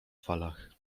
falach